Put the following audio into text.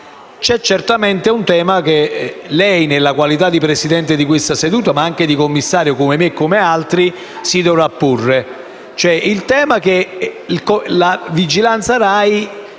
ma certamente c'è un tema che lei, in qualità di Presidente di questa seduta ma anche di commissario, come me ed altri, si dovrà porre. Il tema è che la vigilanza RAI